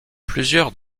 plusieurs